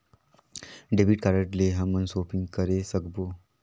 Debit card ले हमन shopping करे सकबो?